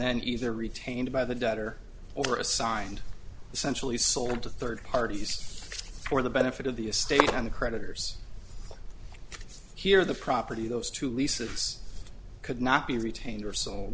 then either retained by the debtor or assigned essentially sold to third parties for the benefit of the estate and the creditors here the property those two leases could not be retained or so